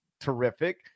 terrific